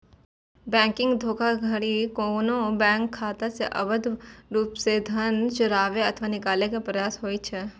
banking धोखाधड़ी कोनो bank खाता सं अवैध रूप सं धन चोराबै अथवा निकाले के प्रयास होइ छै